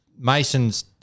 Mason's